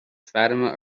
fatima